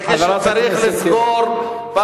אני מסכימה אתך, אתה צודק.